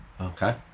Okay